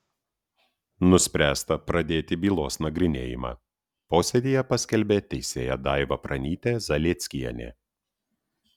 nuspręsta pradėti bylos nagrinėjimą posėdyje paskelbė teisėja daiva pranytė zalieckienė